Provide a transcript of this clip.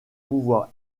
pouvoir